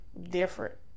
different